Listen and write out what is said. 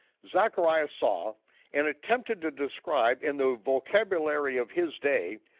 zachariah saw and attempted to describe in the vocabulary of his day,